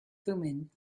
thummim